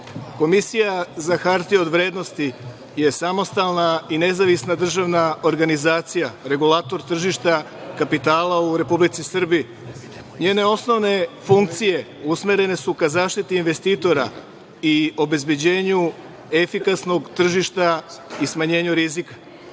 Komisija za hartije od vrednosti je samostalna i nezavisna državna organizacija, regulator tržišta kapitala u Republici Srbiji. Njene osnovne funkcije usmerene su ka zaštiti investitora i obezbeđenju efikasnog tržišta i smanjenju rizika.